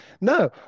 No